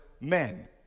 men